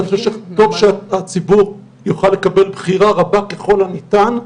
אני חושב שטוב שהציבור יוכל לקבל בחירה רבה ככל הניתן.